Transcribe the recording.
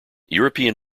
european